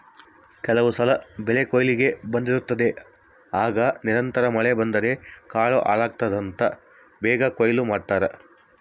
ಕೆಲವುಸಲ ಬೆಳೆಕೊಯ್ಲಿಗೆ ಬಂದಿರುತ್ತದೆ ಆಗ ನಿರಂತರ ಮಳೆ ಬಂದರೆ ಕಾಳು ಹಾಳಾಗ್ತದಂತ ಬೇಗ ಕೊಯ್ಲು ಮಾಡ್ತಾರೆ